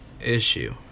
issue